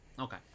Okay